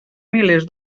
milers